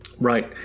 Right